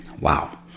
Wow